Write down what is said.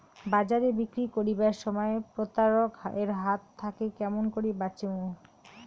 বাজারে বিক্রি করিবার সময় প্রতারক এর হাত থাকি কেমন করি বাঁচিমু?